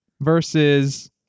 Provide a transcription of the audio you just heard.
versus